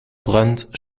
brandt